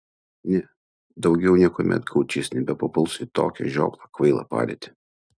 ne daugiau niekuomet gaučys nebepapuls į tokią žioplą kvailą padėtį